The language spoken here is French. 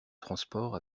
transport